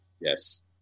Yes